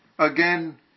Again